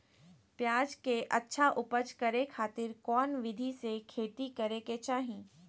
प्याज के अच्छा उपज करे खातिर कौन विधि से खेती करे के चाही?